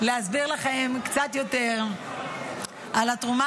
אני אשמח להסביר לכם קצת יותר על התרומה